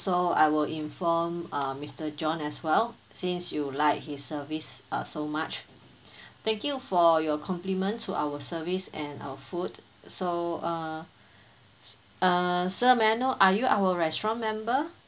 I will inform err mister john as well since you like his service err so much thank you for your compliments to our service and our food so err err sir may I know are you our restaurant member